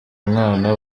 umwana